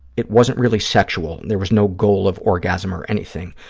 it wasn't really sexual. there was no goal of orgasm or anything.